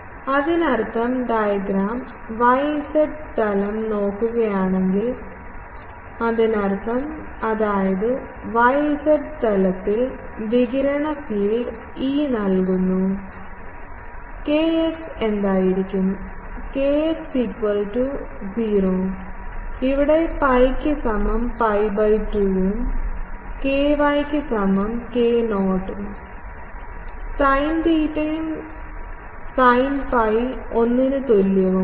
അതിനർത്ഥം diagram y z തലം നോക്കുകയാണെങ്കിൽ അതിനർത്ഥം അതായത് y z തലത്തിൽ വികിരണ ഫീൽഡ് E നൽകുന്നു kx എന്തായിരിക്കും kx 0 ഇവിടെ pi യ്ക്ക് സമo pi2 ഉം ky k0 സൈൻ തീറ്റയും സൈൻ phi 1 ന് തുല്യവുമാണ്